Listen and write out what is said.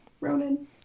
Ronan